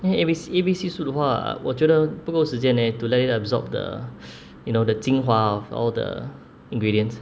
then A_B_C A_B_C soup 的话我觉得不够时间 leh to let it absorb the you know the 精华 of all the ingredients